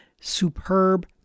superb